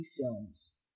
films